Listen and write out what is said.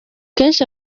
kenshi